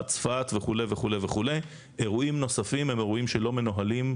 צפת וכו' וכו' אירועים נוספים הם אירועים שלא מנוהלים,